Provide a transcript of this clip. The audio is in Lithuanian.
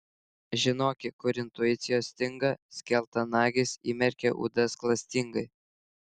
žinoki kur intuicijos stinga skeltanagis įmerkia ūdas klastingai